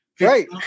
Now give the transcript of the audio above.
Right